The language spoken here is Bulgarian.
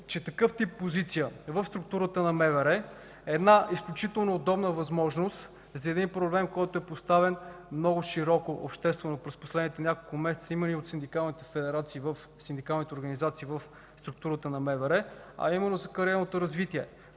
че такъв тип позиция в структурата на МВР е една изключително удобна възможност за проблем, който е поставен много широко обществено през последните няколко месеца, има и от синдикалните организации в структурата на МВР, а именно за кариерното развитие.